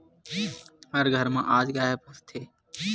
हर घर म आज गाय पोसथे